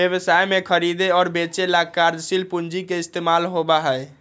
व्यवसाय में खरीदे और बेंचे ला कार्यशील पूंजी के इस्तेमाल होबा हई